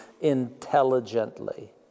intelligently